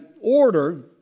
order